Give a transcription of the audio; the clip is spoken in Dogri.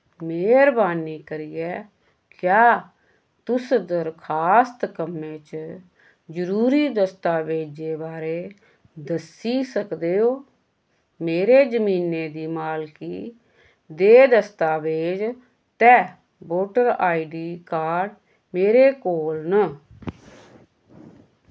मेह्रबानी करियै क्या तुस दरखास्त कम्मेै च जरूरी दस्तावेजें बारै दस्सी सकदे ओ मेरे जमीनै दी मालकी दे दस्ताबेज ते वोटर आईडी कार्ड मेरे कोल न